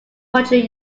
hundred